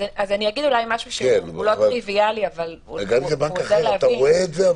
אם זה בנק אחר אתה רואה את זה?